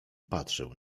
patrzył